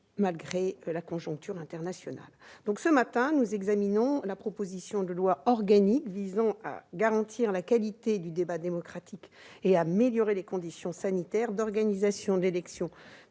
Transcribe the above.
malgré la conjoncture internationale. Nous examinons la proposition de loi organique visant à garantir la qualité du débat démocratique et à améliorer les conditions sanitaires d'organisation de l'élection